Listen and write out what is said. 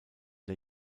der